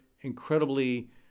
incredibly